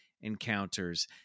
encounters